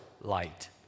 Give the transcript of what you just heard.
Light